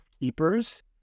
keepers